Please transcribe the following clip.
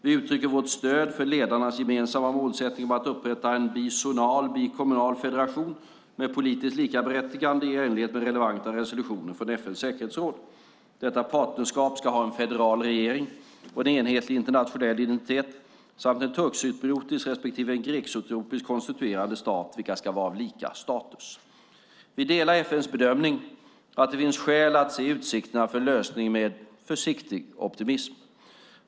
Vi uttrycker vårt stöd för ledarnas gemensamma målsättning om att upprätta en bizonal, bikommunal federation med politiskt likaberättigande, i enlighet med relevanta resolutioner från FN:s säkerhetsråd. Detta partnerskap ska ha en federal regering och en enhetlig internationell identitet samt en turkcypriotisk respektive en grekcypriotisk konstituerande stat, vilka ska vara av lika status. Vi delar FN:s bedömning att det finns skäl att se utsikterna för en lösning med försiktig optimism.